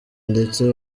ndetse